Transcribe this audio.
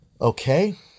Okay